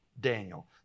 Daniel